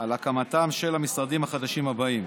על הקמתם של המשרדים החדשים הבאים: